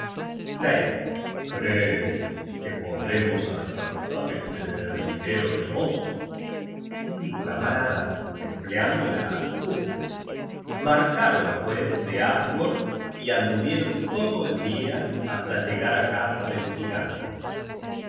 profundidad crees que podremos alcanzar ese hervidero de mosto sí camarada empleando la astucia marcharon pues de asgord y anduvieron todo el dia hasta llegar á casa del gigante